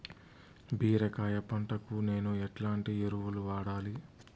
బీరకాయ పంటకు నేను ఎట్లాంటి ఎరువులు వాడాలి?